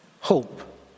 hope